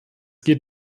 geht